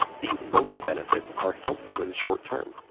these local benefits are helpful in the short term,